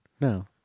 No